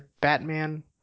Batman